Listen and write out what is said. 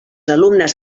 alumnes